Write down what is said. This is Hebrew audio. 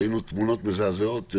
ראינו תמונות מזעזעות.